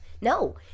No